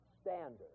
standard